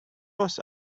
was